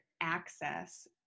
access